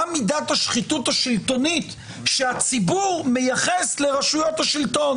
מה מידת השחיתות השלטונית שהציבור מייחס לרשויות השלטון